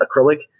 acrylic